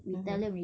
mmhmm